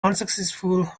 unsuccessful